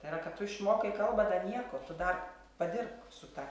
tai yra kad tu išmokai kalbą dar nieko tu dar padirbk su ta